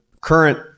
current